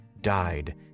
died